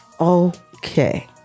okay